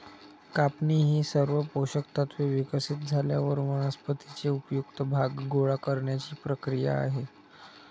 कापणी ही सर्व पोषक तत्त्वे विकसित झाल्यावर वनस्पतीचे उपयुक्त भाग गोळा करण्याची क्रिया आहे